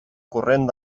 corrent